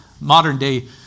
modern-day